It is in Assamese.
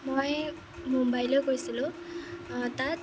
মই মুম্বাইলৈ গৈছিলোঁ তাত